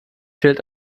fehlt